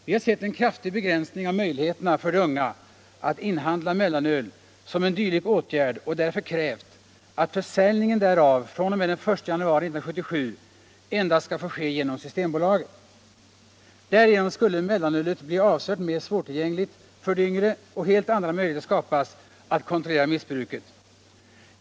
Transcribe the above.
Vi har sett en kraftig begränsning av möjligheterna för de unga att inhandla mellanöl som en dylik åtgärd och därför krävt att försäljningen därav fr.o.m. den 1 januari 1977 endast skall få ske genom Systembolaget. Därigenom skulle mellanölet bli avsevärt mer svårtillgängligt för de yngre och helt andra möjligheter skapas att kontrollera missbruket.